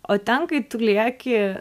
o ten kai tu lieki